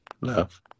love